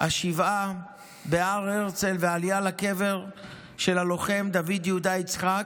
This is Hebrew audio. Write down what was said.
השבעה בהר הרצל והעלייה לקבר של הלוחם דוד יהודה יצחק,